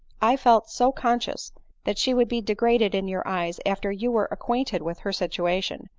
i felt so conscious that she would be degraded in your eyes after you were acquainted with her situation,